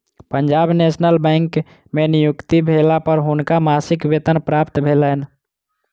Punjab national bank में नियुक्ति भेला पर हुनका मासिक वेतन प्राप्त भेलैन